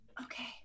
okay